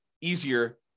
easier